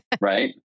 Right